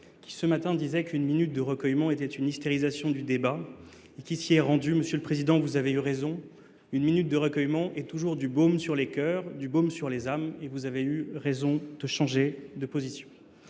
qui, ce matin, disait qu'une minute de recueillement était une hystérisation du débat et qui s'y est rendu. Monsieur le Président, vous avez eu raison. Une minute de recueillement est toujours du baume sur les cœurs, du baume sur les âmes, et vous avez eu raison de changer de position.